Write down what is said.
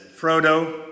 Frodo